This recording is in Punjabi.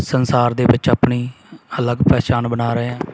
ਸੰਸਾਰ ਦੇ ਵਿੱਚ ਆਪਣੀ ਅਲੱਗ ਪਹਿਚਾਣ ਬਣਾ ਰਹੇ ਹਾਂ